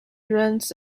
runs